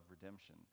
redemption